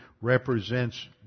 represents